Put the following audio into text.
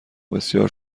بسیار